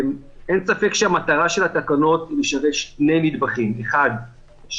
אין ספק שהמטרה של התקנות לשמש שני נדבכים: אחד,